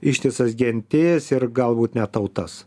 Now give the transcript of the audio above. ištisas gentis ir galbūt net tautas